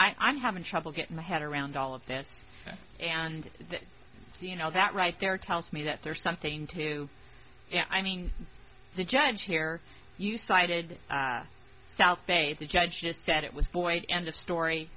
i'm having trouble getting my head around all of this and that you know that right there tells me that there's something to i mean the judge here you cited south bay the judge just said it was void end of story